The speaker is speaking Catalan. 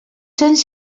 cents